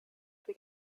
wir